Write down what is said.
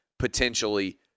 potentially